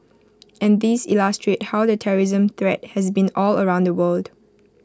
and these illustrate how the terrorism threat has been all around the world